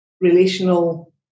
relational